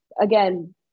again